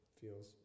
feels